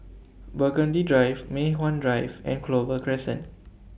Burgundy Drive Mei Hwan Drive and Clover Crescent